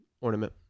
ornament